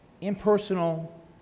impersonal